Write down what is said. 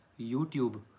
YouTube